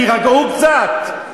תירגעו קצת.